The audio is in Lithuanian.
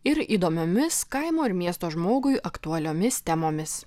ir įdomiomis kaimo ir miesto žmogui aktualiomis temomis